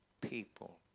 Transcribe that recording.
people